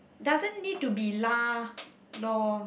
doesn't need to be lah lor